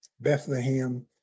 Bethlehem